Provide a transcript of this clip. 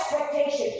expectation